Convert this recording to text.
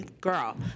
Girl